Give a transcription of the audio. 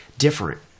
different